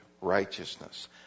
righteousness